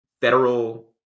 federal